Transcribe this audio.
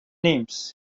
names